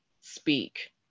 speak